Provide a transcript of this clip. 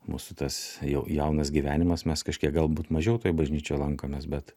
mūsų tas jau jaunas gyvenimas mes kažkiek galbūt mažiau toj bažnyčioj lankomės bet